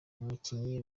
umukinnyi